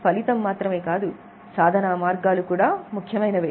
ఫలితం మాత్రమే కాదు సాధనా మార్గాలు కూడా ముఖ్యమైనవి